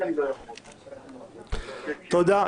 תודה.